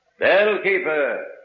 Bellkeeper